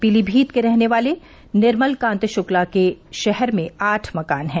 पीलीभीत के रहने वाले निर्मलकान्त शुक्ला के शहर में आठ मकान हैं